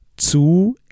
zu